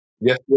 Yes